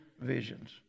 visions